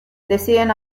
deciden